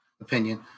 opinion